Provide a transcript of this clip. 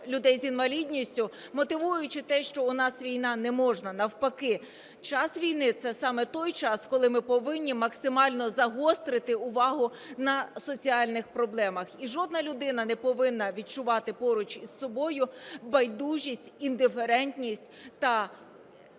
людей з інвалідністю, мотивуючи те, що у нас війна, не можна. Навпаки час війни – це саме той час, коли ми повинні максимально загострити увагу на соціальних проблемах. І жодна людина не повинна відчувати поруч із собою байдужість, індиферентність та